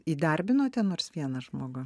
įdarbinote nors vieną žmogų